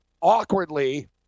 awkwardly